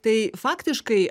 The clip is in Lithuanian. tai faktiškai